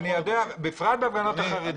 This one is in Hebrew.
בפרט בהפגנות החרדים.